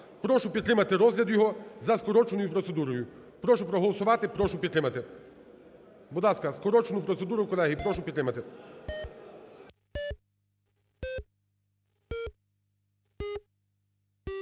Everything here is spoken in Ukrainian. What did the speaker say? Прошу підтримати розгляд його за скороченою процедурою. Прошу проголосувати, прошу підтримати. Будь ласка, скорочену процедуру, колеги, прошу підтримати.